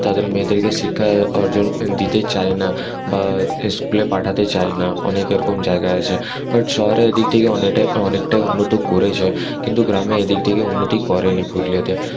তাদের মেয়েদেরকে শিক্ষা অর্জন দিতে চায় না বা স্কুলে পাঠাতে চায় না অনেক এরকম জায়গা আছে বাট শহরে এদিক থেকে অনেক অনেকটাই উন্নত করেছে কিন্তু গ্রামে এদিক থেকে উন্নতি করেনি পুরুলিয়াতে